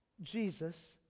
Jesus